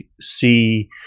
see